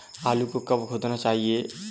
आलू को कब खोदना चाहिए?